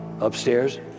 upstairs